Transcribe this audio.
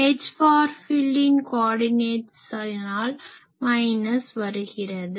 H for ஃபீல்டின் கோர்டினேட்ஸினால் minus வருகிறது